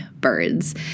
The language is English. birds